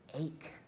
ache